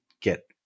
get